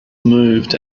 moved